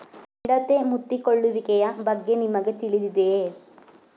ಮಿಡತೆ ಮುತ್ತಿಕೊಳ್ಳುವಿಕೆಯ ಬಗ್ಗೆ ನಿಮಗೆ ತಿಳಿದಿದೆಯೇ?